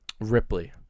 Ripley